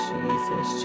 Jesus